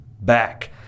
back